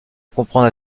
comprendre